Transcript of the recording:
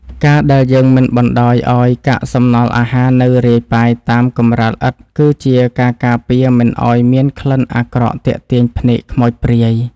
ការដែលយើងមិនបណ្តោយឱ្យកាកសំណល់អាហារនៅរាយប៉ាយតាមកម្រាលឥដ្ឋ គឺជាការការពារមិនឱ្យមានក្លិនអាក្រក់ទាក់ទាញភ្នែកខ្មោចព្រាយ។